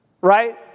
Right